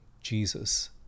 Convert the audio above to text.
Jesus